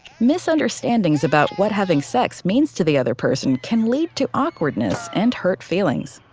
misunderstandings about what having sex means to the other person can lead to awkwardness and hurt feelings.